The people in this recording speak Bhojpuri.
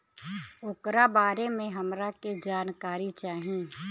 ओकरा बारे मे हमरा के जानकारी चाही?